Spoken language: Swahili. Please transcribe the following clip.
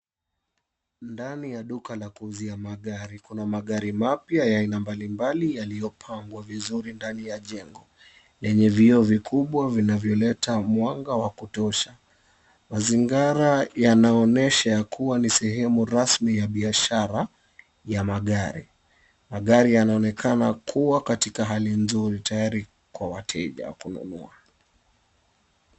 Ndani ya duka la kuuzia magari, kuna magari mapya ya aina mbalimbali, yaliyopangwa vizuri ndani ya jengo lenye vioo vikubwa vinavyoleta mwanga wa kutosha. Mazingara yanaonyesha kuwa ni sehemu rasmi ya biashara ya magari. Magari yanaonekana kuwa katika hali nzuri, tayari kwa wateja wa kununua.